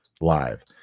live